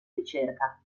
ricerca